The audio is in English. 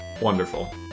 Wonderful